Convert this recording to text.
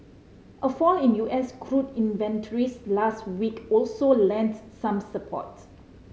a fall in U S crude inventories last week also lent some support